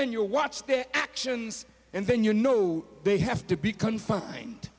and you watch their actions and then you know they have to be confined